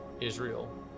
Israel